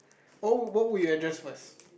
oh what would you address first